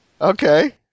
Okay